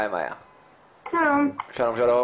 שלום,